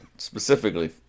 Specifically